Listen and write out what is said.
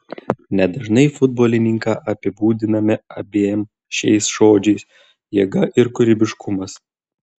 nedažnai futbolininką apibūdiname abiem šiais žodžiais jėga ir kūrybiškumas